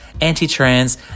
anti-trans